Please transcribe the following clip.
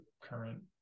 current